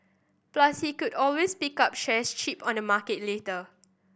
plus he could always pick up shares cheap on the market later